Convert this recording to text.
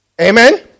Amen